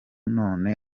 none